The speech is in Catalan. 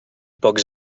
pocs